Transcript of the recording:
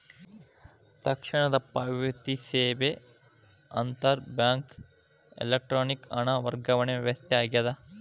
ತಕ್ಷಣದ ಪಾವತಿ ಸೇವೆ ಅಂತರ್ ಬ್ಯಾಂಕ್ ಎಲೆಕ್ಟ್ರಾನಿಕ್ ಹಣ ವರ್ಗಾವಣೆ ವ್ಯವಸ್ಥೆ ಆಗ್ಯದ